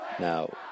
Now